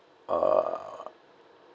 uh